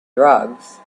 drugs